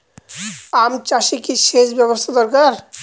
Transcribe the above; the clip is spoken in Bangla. আম চাষে কি সেচ ব্যবস্থা দরকার?